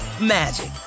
magic